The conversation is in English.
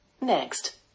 Next